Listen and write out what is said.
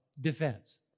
defense